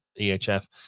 EHF